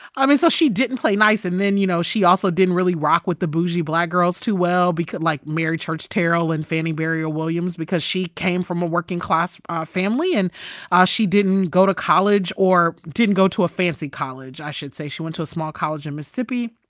i mean, so she didn't play nice and then, you know, she also didn't really rock with the bougie black girls too well like, mary church terrell and fannie barrier williams because she came from a working-class family. and ah she didn't go to college or didn't go to a fancy college, i should say. she went to a small college in mississippi.